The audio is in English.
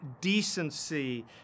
decency